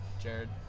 Jared